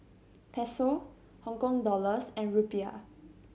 Peso Hong Kong Dollars and Rupiah